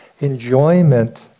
enjoyment